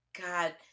god